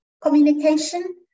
communication